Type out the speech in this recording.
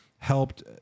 helped